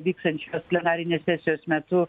vyksiančios plenarinės sesijos metu